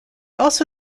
also